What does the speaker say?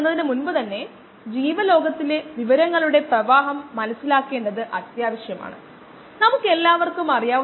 massconcentration×volume അല്ലെങ്കിൽ മറ്റൊരു വിധത്തിൽ പറഞ്ഞാൽ മാസ്സിനെ വോളിയം കൊണ്ട് ഹരിച്ചാൽ സാന്ദ്രത ആണ് അതാണ് നിർവചനം